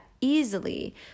easily